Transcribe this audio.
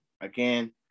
again